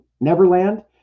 Neverland